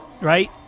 right